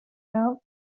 out